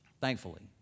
Thankfully